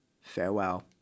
farewell